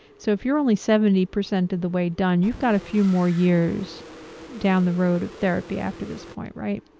so if you're only seventy percent of the way done, you've got a few more years down the road of therapy after this point, right.